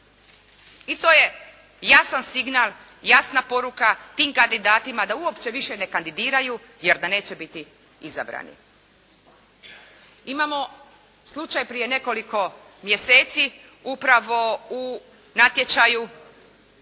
I to je jasan signal, jasna poruka tim kandidatima da uopće više ne kandidiraju, jer da neće biti izabrani. Imamo slučaj prije nekoliko mjeseci upravo u natječaju